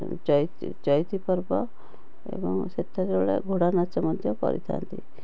ଚଇତି ଚଇତି ପର୍ବ ଏବଂ ସେତେବେଳେ ଘୋଡ଼ା ନାଚ ମଧ୍ୟ କରିଥାନ୍ତି